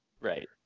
right